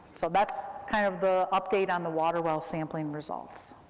so that's kind of the update on the water well sampling results.